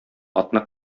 атны